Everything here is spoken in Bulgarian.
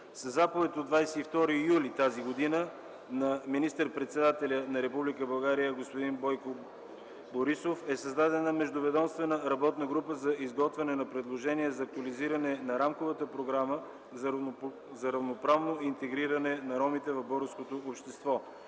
Със заповед от 22 юли тази година на министър-председателя на Република България господин Бойко Борисов е създадена Междуведомствена работна група за изготвяне на предложения за актуализиране на Рамковата програма за равноправно интегриране на ромите в българското общество